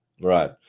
Right